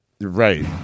Right